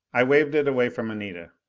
i waved it away from anita.